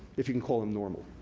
if you can call them normal,